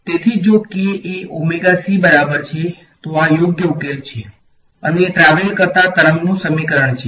તેથી જો k એ ઓમેગા c બરાબર છે તો આ યોગ્ય ઉકેલ છે અને ટ્રાવેલ કરતા તરંગનું સમીકરણ છે